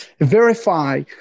verify